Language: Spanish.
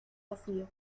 vacío